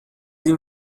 این